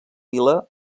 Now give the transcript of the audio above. vila